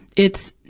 it's,